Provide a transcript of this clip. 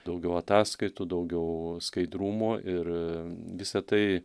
daugiau ataskaitų daugiau skaidrumo ir visa tai